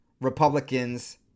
Republicans